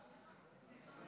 ישיבת